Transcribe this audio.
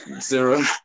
zero